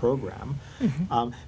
program